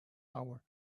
hour